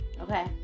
okay